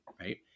right